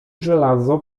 żelazo